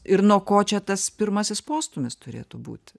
ir nuo ko čia tas pirmasis postūmis turėtų būti